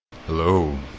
hello